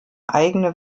eigene